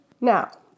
Now